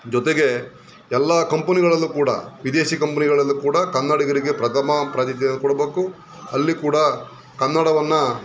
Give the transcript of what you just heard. ಜೊತೆಗೆ ಎಲ್ಲ ಕಂಪನಿಗಳಲ್ಲೂ ಕೂಡ ವಿದೇಶಿ ಕಂಪ್ನಿಗಳಲ್ಲೂ ಕೂಡ ಕನ್ನಡಿಗರಿಗೆ ಪ್ರಥಮ ಪ್ರಾಧಾನ್ಯ ಕೊಡಬೇಕು ಅಲ್ಲಿ ಕೂಡ ಕನ್ನಡವನ್ನು